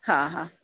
हां हां